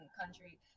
country